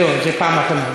זהו, זו פעם אחרונה.